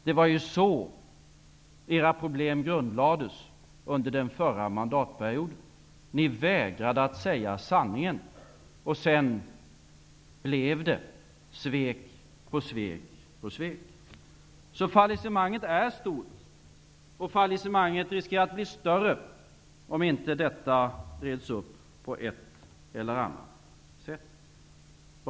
Det var ju så era problem grundlades under den förra mandatperioden. Ni vägrade att se sanningen, och sedan blev det svek på svek på svek. Så fallissemanget är stort, och det riskerar att bli större, om inte detta reds upp på ett eller annat sätt.